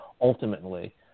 ultimately